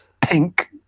pink